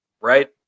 right